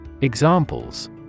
Examples